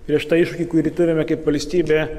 prieš tą iššūkį kurį turime kaip valstybė